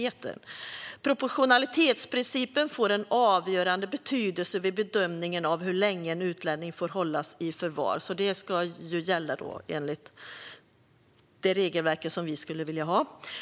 Enligt det regelverk som vi skulle vilja ha skulle proportionalitetsprincipen få en avgörande betydelse vid bedömningen av hur länge en utlänning får hållas i förvar. Det